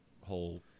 whole